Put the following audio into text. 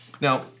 Now